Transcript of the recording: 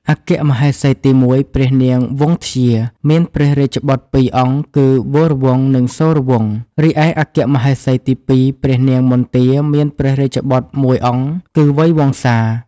អគ្គមហេសីទី១ ព្រះនាងវង្សធ្យា មានព្រះរាជបុត្រពីរអង្គគឺ វរវង្ស និងសូរវង្ស រីឯអគ្គមហេសីទី២ ព្រះនាងមន្ទា មានព្រះរាជបុត្រមួយអង្គគឺ វៃវង្សា។។